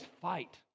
fight